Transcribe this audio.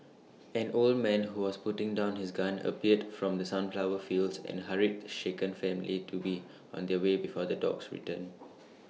an old man who was putting down his gun appeared from the sunflower fields and hurried the shaken family to be on their way before the dogs return